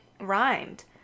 rhymed